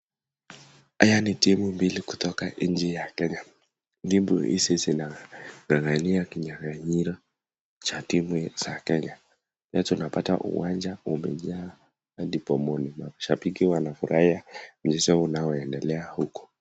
Hizi ni timu mbili kutoka nchi ya Kenya, timu hizi zina ng'ang'ania kinyang'anyiro Cha timu za Kenya. Leo tunapata uwanja umejaa Hadi pomoni. Mashabiki wanafurahia mchezo unao endelea huku.